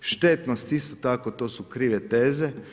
Štetnost isto tako to su krive teze.